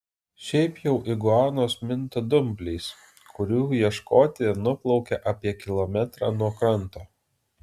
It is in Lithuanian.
šiaip jau iguanos minta dumbliais kurių ieškoti nuplaukia apie kilometrą nuo kranto